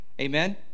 Amen